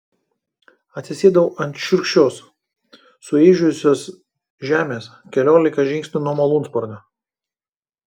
atsisėdau ant šiurkščios sueižėjusios žemės keliolika žingsnių nuo malūnsparnio